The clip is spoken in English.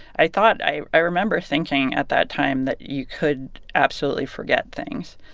i thought i i remember thinking at that time that you could absolutely forget things.